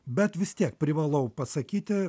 bet vis tiek privalau pasakyti